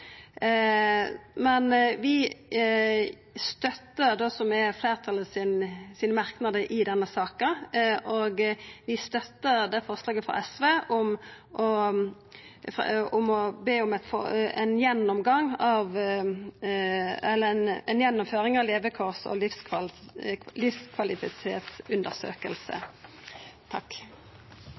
Men vi støttar det som er merknadene frå fleirtalet i denne saka, og vi er saman med SV og Arbeidarpartiet med på forslaget om å be om ei gjennomføring av ei levekårs- og